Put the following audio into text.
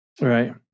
right